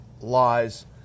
lies